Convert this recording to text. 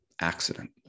accident